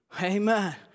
Amen